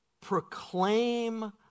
proclaim